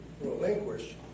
relinquish